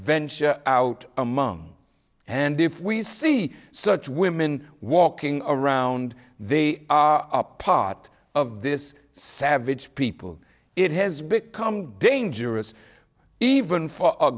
venture out among and if we see such women walking around they are part of this savage people it has become dangerous even for a